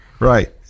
Right